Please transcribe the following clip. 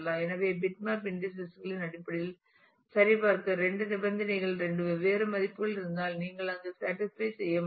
எனவே bitmap indices களின் அடிப்படையில் சரிபார்க்க இரண்டு நிபந்தனைகளாக இரண்டு வெவ்வேறு மதிப்புகள் இருந்தால் நீங்கள் அங்கு சேடிஸ்பை செய்ய முடியும்